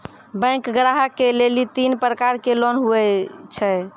Bank ग्राहक के लेली तीन प्रकर के लोन हुए छै?